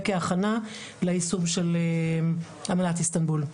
וכהכנה ליישום של אמנת איסטמבול.